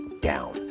down